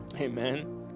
Amen